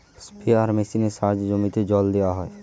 sprayer মেশিনের সাহায্যে জমিতে জল দেওয়া হয়